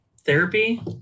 therapy